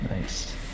nice